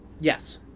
Yes